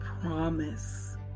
promise